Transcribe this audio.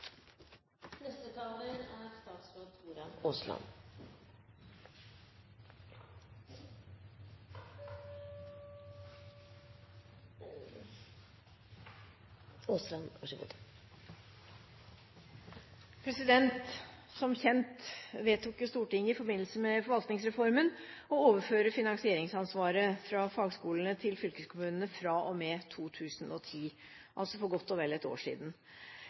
Som kjent vedtok Stortinget i forbindelse med forvaltningsreformen å overføre finansieringsansvaret for fagskolene til fylkeskommunene fra og med 2010 – altså for godt og vel et år siden.